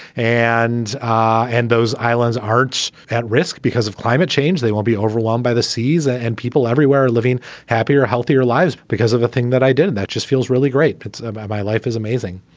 and ah and those islands arts at risk because of climate change, they will be overwhelmed by the seas. ah and people everywhere are living happier, healthier lives because of a thing that i did that just feels really great. it's about my life is amazing.